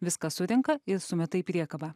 viską surenka ir sumeta į priekabą